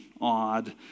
odd